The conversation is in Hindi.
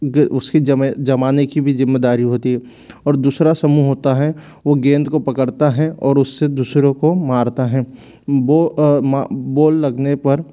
ग उसकी जमाने की भी ज़िम्मेदारी होती है और दूसरा समूह होता है वो गेंद को पकड़ता है और उससे दूसरो को मारता है बोल लगने पर